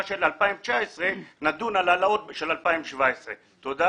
של 2019 ונדון על העלאות של 2017. תודה.